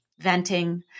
venting